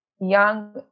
young